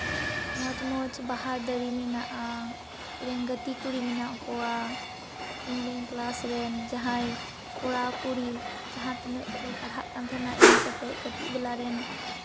ᱢᱚᱡᱽ ᱢᱚᱡᱽ ᱵᱟᱦᱟ ᱫᱟᱨᱮ ᱢᱮᱱᱟᱜᱼᱟ ᱤᱧ ᱨᱮᱱ ᱜᱟᱛᱮ ᱠᱩᱲᱤ ᱢᱮᱱᱟᱜ ᱠᱚᱣᱟ ᱤᱧ ᱨᱮᱱ ᱠᱞᱟᱥ ᱨᱮᱱ ᱡᱟᱦᱟᱸᱭ ᱠᱚᱲᱟᱼᱠᱩᱲᱤ ᱡᱟᱦᱟᱸ ᱛᱤᱱᱟᱹᱜ ᱠᱚ ᱯᱟᱲᱦᱟᱜ ᱠᱟᱱ ᱛᱟᱦᱮᱱᱟ ᱤᱧ ᱥᱟᱛᱮᱜ ᱠᱟᱹᱴᱤᱡ ᱵᱮᱞᱟ ᱨᱮᱱ